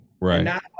Right